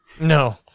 No